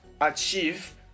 achieve